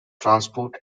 transport